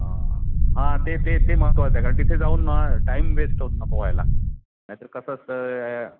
हां हां ते ते महत्त्वाचं आहे कारण तिथे जाऊन टाईम वेस्ट होत नको व्हायला नाहीतर कसं असतं